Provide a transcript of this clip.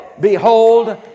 Behold